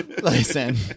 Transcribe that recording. Listen